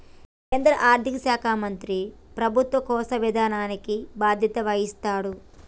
కేంద్ర ఆర్థిక శాఖ మంత్రి ప్రభుత్వ కోశ విధానానికి బాధ్యత వహిస్తాడు